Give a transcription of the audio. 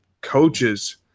coaches